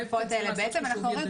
בעצם אנחנו אומרים,